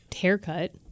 haircut